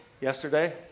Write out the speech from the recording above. yesterday